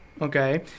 okay